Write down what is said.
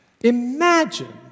Imagine